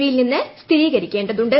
വിയിൽ നിന്ന് സ്ഥിരീകരിക്കേണ്ടതുണ്ട്